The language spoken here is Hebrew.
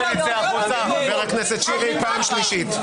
--- חבר הכנסת שירי, פעם שלישית.